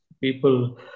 people